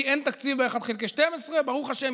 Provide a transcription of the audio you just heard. כי אין תקציב של 1 חלקי 12 ברוך השם,